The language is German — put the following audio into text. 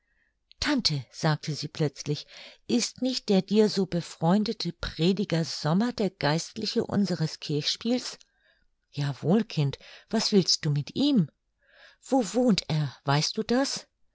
tante sagte sie plötzlich ist nicht der dir so befreundete prediger sommer der geistliche unseres kirchspiels ja wohl kind was willst du mit ihm wo wohnt er weißt du das